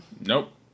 Nope